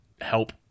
help